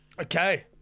Okay